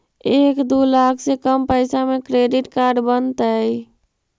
एक दू लाख से कम पैसा में क्रेडिट कार्ड बनतैय?